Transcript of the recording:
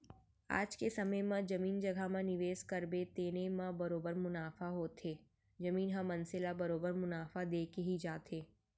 आज के समे म जमीन जघा म निवेस करबे तेने म बरोबर मुनाफा होथे, जमीन ह मनसे ल बरोबर मुनाफा देके ही जाथे